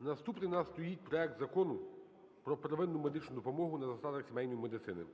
Наступний у нас стоїть проект Закону про первинну медичну допомогу на засадах сімейної медицини